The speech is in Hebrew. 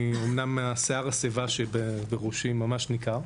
אמנם שיער השיבה בראשי ממש ניכר.